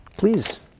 Please